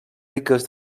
riques